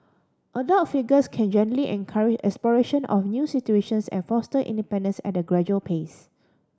adult figures can gently encourage exploration of new situations and foster independence at a gradual pace